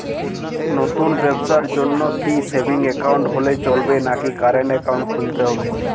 নতুন ব্যবসার জন্যে কি সেভিংস একাউন্ট হলে চলবে নাকি কারেন্ট একাউন্ট খুলতে হবে?